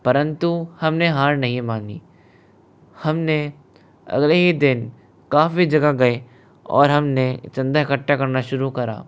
परन्तु हमने हार नहीं मानी हमने अगले ही दिन काफ़ी जगह गए और हमने चंदा इकट्ठा करना शुरू करा